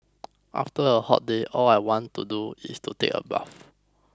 after a hot day all I want to do is to take a bath